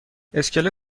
اسکله